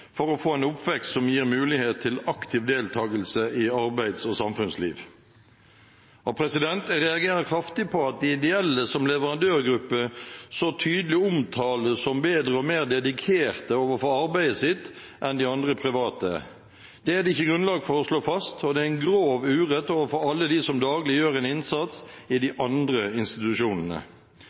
for å få en oppvekst som gir mulighet til aktiv deltagelse i arbeids- og samfunnsliv. Jeg reagerer kraftig på at de ideelle som leverandørgruppe så tydelig omtales som bedre og mer dedikerte overfor arbeidet sitt enn de andre private. Det er det ikke grunnlag for å slå fast, og det er en grov urett overfor alle dem som daglig gjør en innsats i de andre institusjonene.